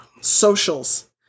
socials